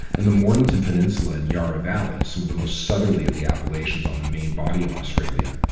and the mornington peninsula and yarra valley, some of the most southerly of the appellations on the main body of australia,